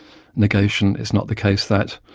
negation, it's not the case that,